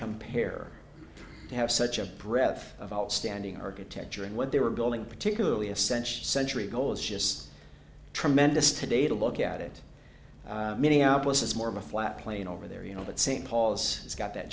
compare they have such a breadth of outstanding architecture and what they were building particularly a century century goal is just tremendous today to look at it minneapolis is more of a flat plain over there you know that st paul's it's got that